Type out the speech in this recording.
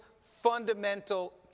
fundamental